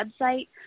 website